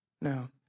Now